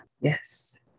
Yes